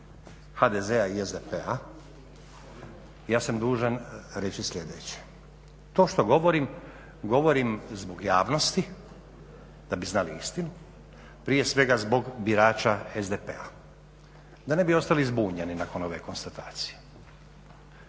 HDZ-a i SDP-a ja sam dužan reći sljedeće, to što govorim, govorim zbog javnosti da bi znali istinu, prije svega zbog birača SDP-a. Da ne bi ostali zbunjeni nakon ove konstatacije.